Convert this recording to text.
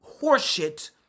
horseshit